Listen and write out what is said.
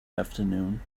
afternoon